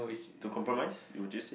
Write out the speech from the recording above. to compromise would you say